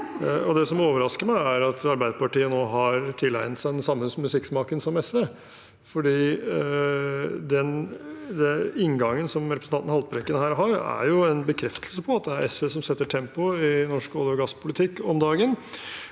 Det som er overraskende, er at Arbeiderpartiet nå har tilegnet seg den samme musikksmaken som SV, for den inngangen representanten Haltbrekken her har, er en bekreftelse på at det er SV som setter tempoet i norsk olje- og gasspolitikk om dagen.